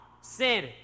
sin